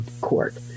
court